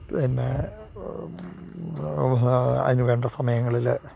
പിന്നെ അതിനു വേണ്ട സമയങ്ങളിൽ